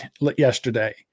yesterday